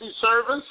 service